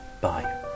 Bye